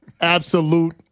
absolute